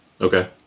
Okay